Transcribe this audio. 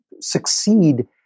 succeed